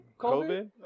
COVID